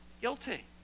Guilty